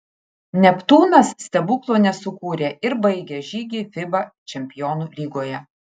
neptūnas stebuklo nesukūrė ir baigė žygį fiba čempionų lygoje